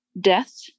death